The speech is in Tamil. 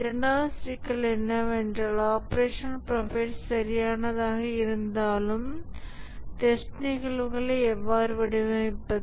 இரண்டாவது சிக்கல் என்னவென்றால் ஆபரேஷனல் ப்ரொஃபைல் சரியானதாக இருந்தாலும் டெஸ்ட் நிகழ்வுகளை எவ்வாறு வடிவமைப்பது